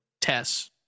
Tess